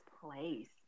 place